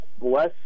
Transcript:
less –